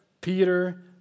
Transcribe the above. Peter